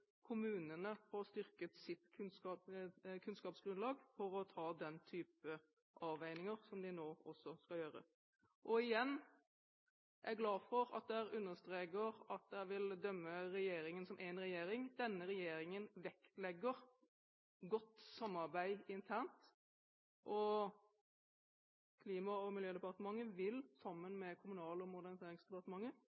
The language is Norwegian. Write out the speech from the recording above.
kommunene får styrket sitt kunnskapsgrunnlag for å ta den typen avveininger som de nå skal gjøre. Igjen: Jeg er glad for at det blir understreket at man vil dømme regjeringen som én regjering. Denne regjeringen vektlegger godt samarbeid internt, og Klima- og miljødepartementet vil sammen